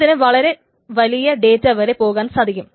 അതിന് വളരെ വലിയ ഡേറ്റ വരെ പോകാൻ സാധിക്കും